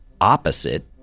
opposite